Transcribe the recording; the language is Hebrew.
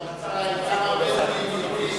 רבותי,